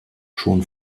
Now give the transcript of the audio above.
schon